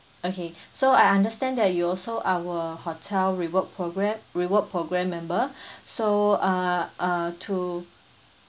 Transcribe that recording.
okay so I understand that you also our hotel reward program reward program member so uh uh to